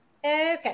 Okay